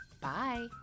Bye